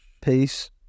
Peace